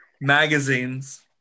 Magazines